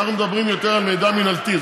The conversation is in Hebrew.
אנחנו מדברים יותר על מידע מינהלתי,